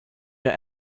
your